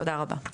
תודה רבה.